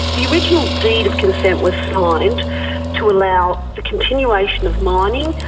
the original deed of consent was signed to allow the continuation of mining,